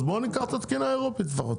אז בואו ניקח את התקינה האירופית לפחות,